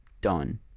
done